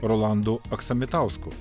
rolandu aksamitausku